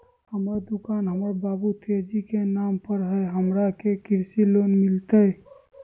हमर दुकान हमर बाबु तेजी के नाम पर हई, हमरा के कृषि लोन मिलतई?